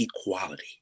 equality